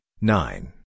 Nine